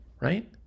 right